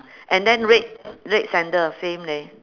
and then red red sandal same leh